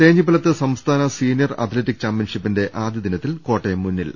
തേഞ്ഞിപ്പലത്ത് സംസ്ഥാന senior athletic ചാമ്പ്യൻഷിപ്പിന്റെ ആദ്യ ദിനത്തിൽ കോട്ടയം മുന്നിൽ